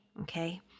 Okay